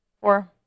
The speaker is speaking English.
Four